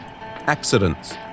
accidents